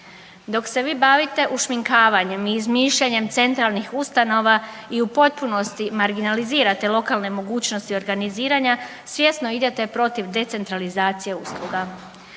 Dok se vi bavite ušminkavanjem i izmišljanjem centralnih ustanova i u potpunosti marginalizirate lokalne mogućnosti organiziranja svjesno idete protiv decentralizacije usluga.